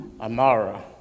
Amara